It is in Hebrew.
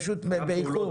פשוט אנחנו באיחור.